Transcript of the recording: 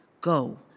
Go